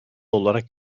olarak